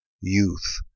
youth